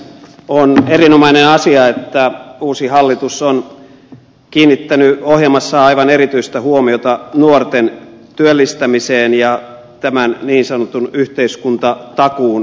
on erinomainen asia että uusi hallitus on kiinnittänyt ohjelmassaan aivan erityistä huomiota nuorten työllistämiseen ja niin sanotun yhteiskuntatakuun luomiseen